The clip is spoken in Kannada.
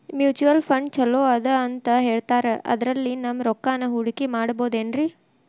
ಮ್ಯೂಚುಯಲ್ ಫಂಡ್ ಛಲೋ ಅದಾ ಅಂತಾ ಹೇಳ್ತಾರ ಅದ್ರಲ್ಲಿ ನಮ್ ರೊಕ್ಕನಾ ಹೂಡಕಿ ಮಾಡಬೋದೇನ್ರಿ?